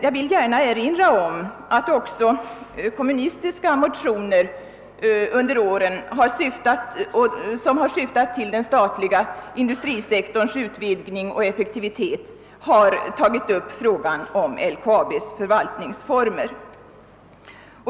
Jag vill gärna erinra om att också kommunistiska motioner under åren som syftat till den statliga industrisektorns utvidgning och effektivisering tagit upp frågan om LKAB:s förvaltningsformer.